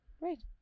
right